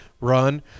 run